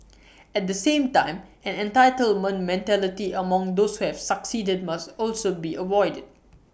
at the same time an entitlement mentality among those who have succeeded must also be avoided